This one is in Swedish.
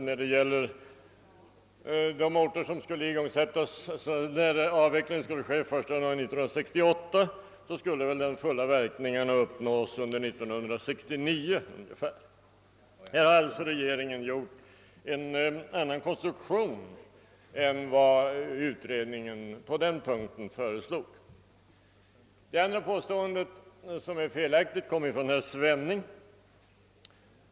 När det gäller de orter, där avvecklingen skulle ske den 1 januari 1968, skulle verkningarna fullt ha slagit igenom någon gång under 1969. Regeringen har alltså gått in för en annan konstruktion än vad utredningen på denna punkt föreslog. Det andra felaktiga påståendet gjordes av herr Svenning.